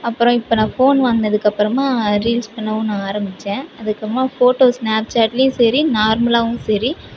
அப்புறம் இப்போ நான் ஃபோன் வந்ததுக்கு அப்புறமா ரீல்ஸ் பண்ணவும் நான் ஆரம்பித்தேன் அதுக்கு அப்புறமா ஃபோட்டோஸ் ஸ்னாப்சாட்லேயும் சரி நார்மலாகவும் சரி